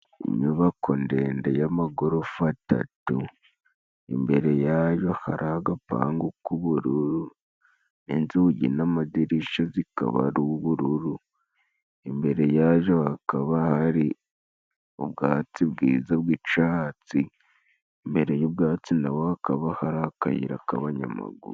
Inyubako ndende y'amagorofa atatu, imbere ya yo hari agapangu k'ubururu, inzugi n'amadirisha zikaba ari ubururu. Imbere ya zo hakaba hari ubwatsi bwiza bw'icatsi, imbere y'ubwatsi na ho hakaba hari akayira k'abanyamaguru.